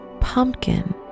pumpkin